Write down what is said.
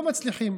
לא מצליחים.